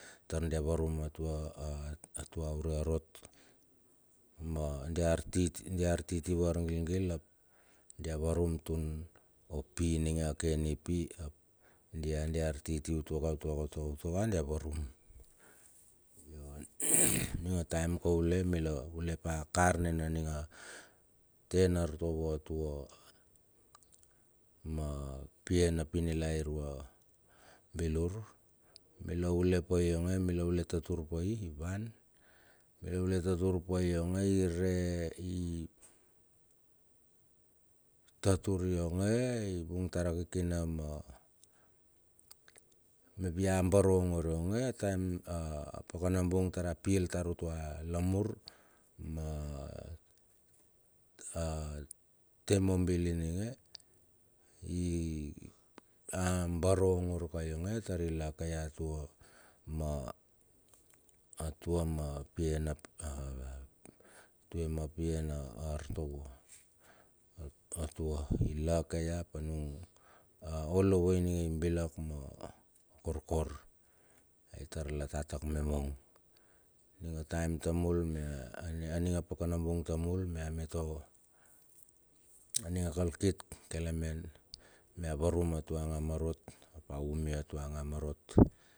Tar dia varum atua a atua ure a rot dia artitiu ar gilgil ap dia varum tun opi ninge aken ipi ap. dia diar titiu tuaka, tuaka, tuaka dia varum. ninga taem kaule mila ule pa kar nina ninga tena artovo a tua ma pia na pinilai irua bilur. Mila ule pai yonge mila ule tatur pai ivan, mila ule tatur pai yonge ire i tatur yonge ivung tar a kikina ma, mep i amber ongor ionge, taem a pakana bung tara pil tar utua lamur ma te mobil ininge. I ambar ongor ka ionge tar i lake ya atua ma, atua ma pia na a atua ma pia na artovo atua. I lake ia ap anung olovoi ninge i bilak mo koakor. ai tar la tatak me mong. Aning a taem tamul me aning a pakanabung tamul mia meto, aninga kalkit kelement mia varum atua nga marot, ap a umi atua nga ma rot.